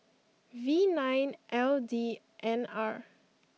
V nine L D N R